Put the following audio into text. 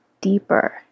deeper